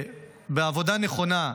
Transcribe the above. בעבודה נכונה,